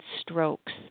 strokes